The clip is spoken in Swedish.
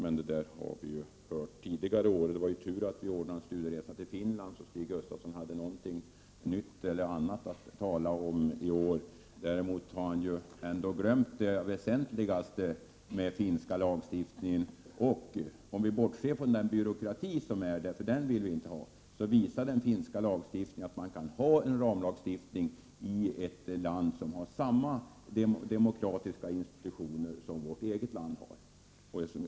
Det har vi hört tidigare år. Det var ju tur att vi anordnade en studieresa till Finland så att Stig Gustafsson hade något nytt att tala om i år. Men han har ändå glömt det väsentliga i den finska lagstiftningen. Om vi bortser från byråkratin där — den vill vi inte ha — visar den finska lagstiftningen att man kan ha en ramlagstiftning i ett land som har samma demokratiska institutioner som vi har i vårt eget land.